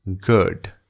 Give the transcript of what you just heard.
Good